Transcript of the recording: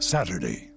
Saturday